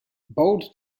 bold